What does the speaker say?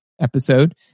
episode